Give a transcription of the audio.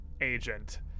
agent